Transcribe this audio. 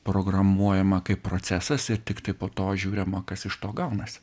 programuojama kaip procesas ir tiktai po to žiūrema kas iš to gaunasi